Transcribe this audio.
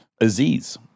Aziz